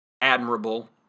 admirable